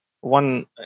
One